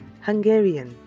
Hungarian